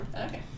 Okay